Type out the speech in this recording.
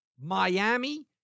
Miami